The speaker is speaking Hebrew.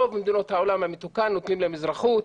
רוב מדינות העולם המתוקן נותנים להם אזרחות.